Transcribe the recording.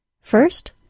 First